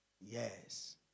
Yes